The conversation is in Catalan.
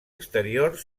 exterior